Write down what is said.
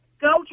go